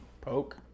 Poke